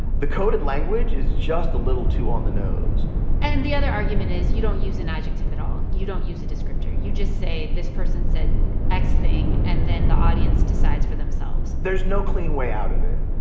the coded language is just a little too on the nose and the other argument is you don't use an adjective at all. you don't use a descriptor. you just say this person said x thing, and then the audience decides for themselves there's no clean way out of it.